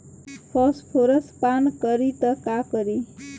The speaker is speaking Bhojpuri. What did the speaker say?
फॉस्फोरस पान करी त का करी?